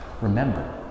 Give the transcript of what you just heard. remember